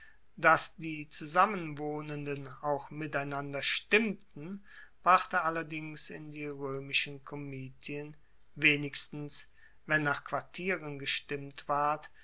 dass die zusammen wohnenden auch miteinander stimmten brachte allerdings in die roemischen komitien wenigstens wenn nach quartieren gestimmt ward